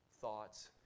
thoughts